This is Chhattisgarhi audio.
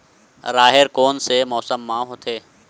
राहेर कोन से मौसम म होथे?